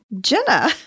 Jenna